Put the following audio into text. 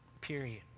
period